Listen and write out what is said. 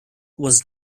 was